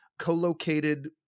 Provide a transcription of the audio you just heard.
co-located